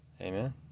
Amen